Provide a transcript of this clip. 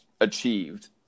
achieved